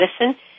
Medicine